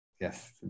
Yes